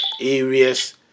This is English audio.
areas